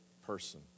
person